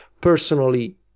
personally